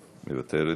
מוותרת,